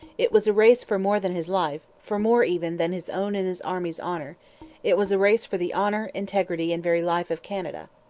it was a race for more than his life, for more, even, than his own and his army's honour it was a race for the honour, integrity, and very life of canada.